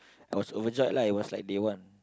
I was overjoyed lah it was like day one